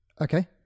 Okay